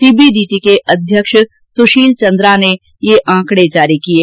CBDT के अध्यक्ष सुशील चन्द्रा ने ये आंकडे जारी किये